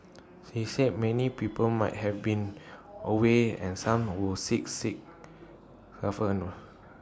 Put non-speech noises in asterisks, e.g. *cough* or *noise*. *noise* she said many people might have been away and some *unintelligible* sick sick